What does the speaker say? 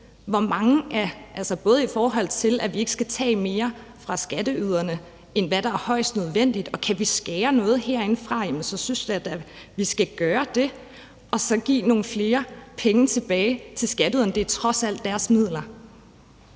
og mest hensigtsmæssigt, i forhold til at vi ikke skal tage mere fra skatteyderne, end hvad der er højst nødvendigt. Kan vi skære i noget herindefra, synes jeg da, vi skal gøre det og så give nogle flere penge tilbage til skatteyderne. Det er trods alt deres midler.